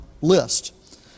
list